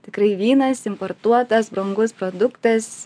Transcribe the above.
tikrai vynas importuotas brangus produktas